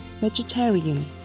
Vegetarian